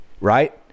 right